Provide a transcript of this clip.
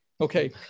Okay